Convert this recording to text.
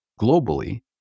globally